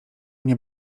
mnie